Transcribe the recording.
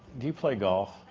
do you play golf?